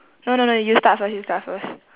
no no no you start first you start first